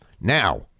now